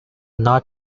not